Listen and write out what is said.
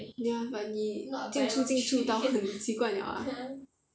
ya but 你进出进出到很习惯 liao ah